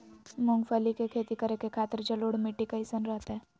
मूंगफली के खेती करें के खातिर जलोढ़ मिट्टी कईसन रहतय?